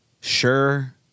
sure